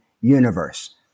universe